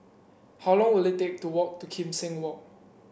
how long will it take to walk to Kim Seng Walk